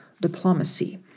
diplomacy